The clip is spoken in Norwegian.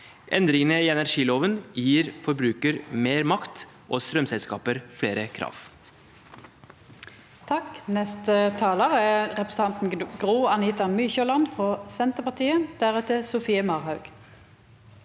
Endringene i energiloven gir forbrukerne mer makt og strømselskapene flere krav.